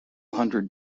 hundred